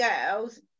girls